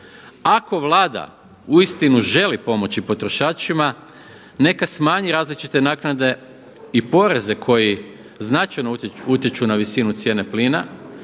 Ako Vlada uistinu želi pomoći potrošačima, neka smanji različite naknade i poreze koji značajno utječu na visinu cijene plina,